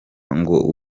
ngo